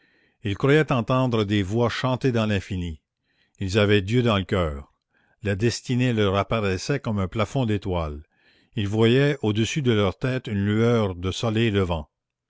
ils croyaient entendre des voix chanter dans l'infini ils avaient dieu dans le coeur la destinée leur apparaissait comme un plafond d'étoiles ils voyaient au-dessus de leurs têtes une lueur de soleil levant